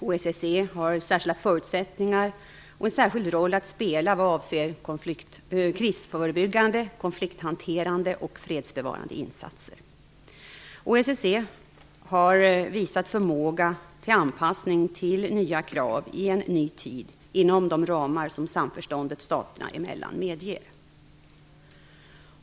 OSSE har särskilda förutsättningar och en särskild roll att spela vad avser krisförebyggande, konflikthanterande och fredsbevarande insatser. OSSE har visat förmåga till anpassning till nya krav i en ny tid inom de ramar som samförståndet staterna emellan medger.